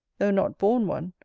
though not born one,